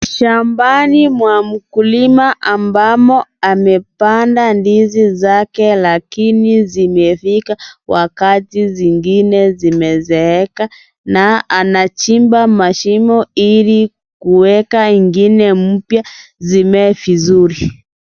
Shambani mwa mkulima ambamo amepanda ndizi zake lakini zimefika wakati zingine zimezeeka na anachimba mashimo ili kuweka ingine mpya zimee vizuri.